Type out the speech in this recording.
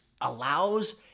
allows